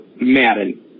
Madden